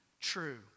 true